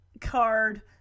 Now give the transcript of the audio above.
card